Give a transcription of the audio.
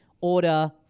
order